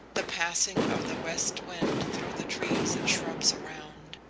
the passing of the west wind through the trees and shrubs around.